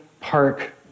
Park